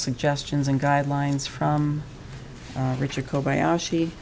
suggestions and guidelines from richard kobayashi